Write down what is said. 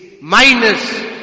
minus